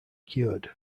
cured